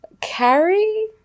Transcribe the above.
Carrie